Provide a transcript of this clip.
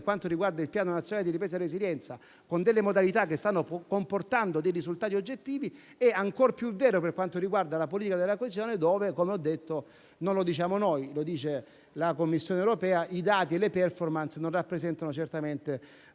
quanto riguarda il Piano nazionale di ripresa e resilienza con modalità che stanno comportando risultati oggettivi, è ancor più vero per quanto riguarda la politica della coesione, in cui, come affermato dalla Commissione europea, i dati e le *performance* non rappresentano certamente